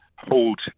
hold